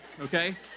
okay